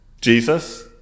Jesus